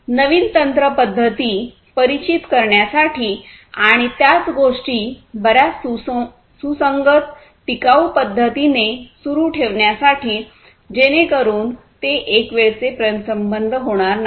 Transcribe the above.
नवीन तंत्र पद्धती परिचित करण्यासाठी आणि त्याच गोष्टी बर्याच सुसंगत टिकाऊ पद्धतीने सुरू ठेवण्यासाठी जेणेकरून ते एक वेळचे प्रेमसंबंध होणार नाही